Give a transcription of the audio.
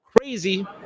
crazy